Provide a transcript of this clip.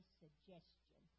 suggestion